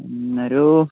ഒരൂ